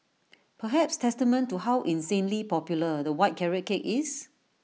perhaps testament to how insanely popular the white carrot cake is